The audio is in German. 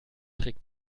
trick